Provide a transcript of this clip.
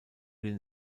den